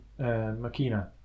Makina